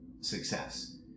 success